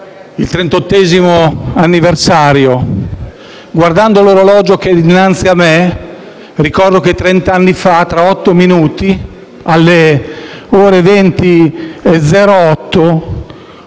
trentottesimo anniversario. Guardando l'orologio che è dinanzi a me, ricordo che trent'anni fa, tra otto minuti, alle ore 20,08,